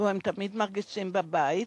שבו הם תמיד מרגישים בבית.